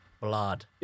Blood